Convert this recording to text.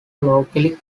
locally